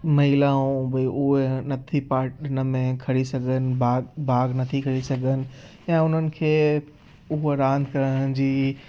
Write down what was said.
महिलाऊं भई उहा नथी पार्ट हिन में खणी सघनि भाॻु भाॻु नथी खणी सघनि ऐं उन्हनि खे उहा रांदि करण जी